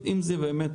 זה